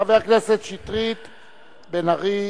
חברי הכנסת שטרית, בן-ארי.